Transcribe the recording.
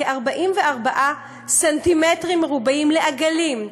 כ-44 סנטימטרים רבועים לעגלים,